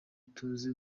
ituze